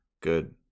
good